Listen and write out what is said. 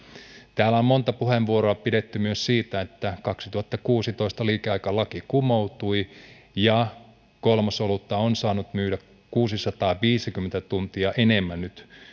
täällä on monta puheenvuoroa pidetty myös siitä että kaksituhattakuusitoista liikeaikalaki kumoutui ja kolmosolutta on saanut myydä kuusisataaviisikymmentä tuntia enemmän nyt